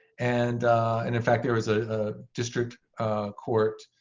and and in fact, there was ah a district court